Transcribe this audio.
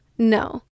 no